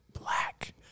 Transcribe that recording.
black